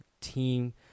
team